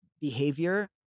Behavior